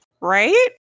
Right